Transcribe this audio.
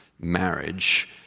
marriage